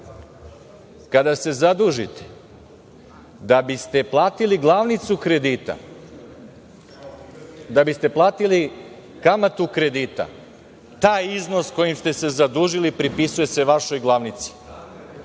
se zadužite da biste platili glavnicu kredita, da biste platili kamatu kredita, taj iznos sa kojim ste se zadužili pripisuje se vašoj glavnici.